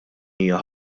hija